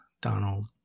Donald